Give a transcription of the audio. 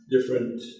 different